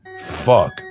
Fuck